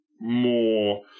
more